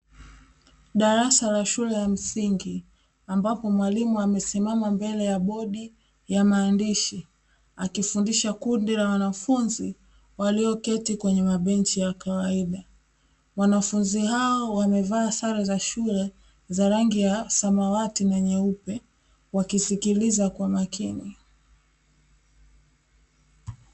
Darasa la shule ya msingi ambapo mwalimu amesimama mbele ya bodi ya maandishi akifundisha kundi la wanafunzi walioketi kwenye mabenchi ya kawaida. Wanafunzi hao wamevaa sare za shule za rangi ya samawati na nyeupe wakisikiliza kwa makini.